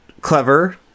clever